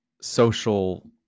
social